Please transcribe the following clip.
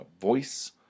voice